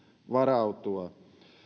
varautua